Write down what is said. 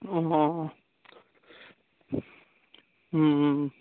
অঁ অঁ